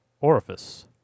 orifice